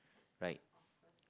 right